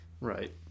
Right